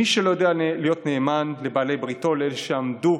מי שלא יודע להיות נאמן לבעלי בריתו, לאלה שעמדו